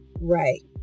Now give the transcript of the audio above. Right